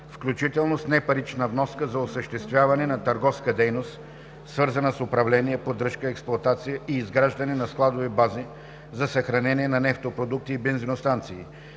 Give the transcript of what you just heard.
включително с непарична вноска, за осъществяване на търговска дейност, свързана с управление, поддръжка, експлоатация и изграждане на складови бази за съхранение на нефтопродукти и бензиностанции,